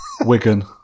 Wigan